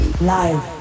Live